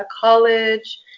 College